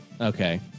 Okay